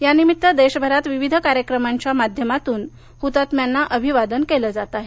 यानिमित्त देशभरात विविध कार्यक्रमांच्या माध्यमातून हुतात्म्यांना अभिवादन केलं जात आहे